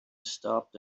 stopped